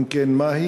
3. אם כן, מה היא?